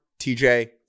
TJ